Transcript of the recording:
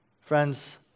Friends